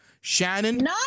Shannon